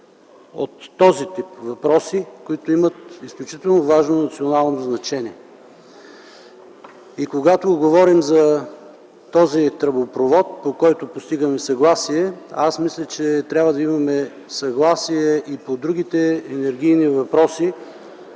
от този тип – въпроси от изключително важно национално значение. Когато говорим за този тръбопровод, по който постигаме съгласие, мисля, че трябва да имаме съгласие и по другите енергийни въпроси,